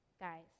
guys